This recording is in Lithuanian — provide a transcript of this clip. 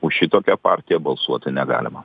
už šitokią partiją balsuoti negalima